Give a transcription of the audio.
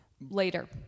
later